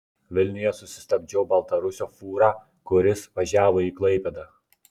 vilniuje susistabdžiau baltarusio fūrą kuris važiavo į klaipėdą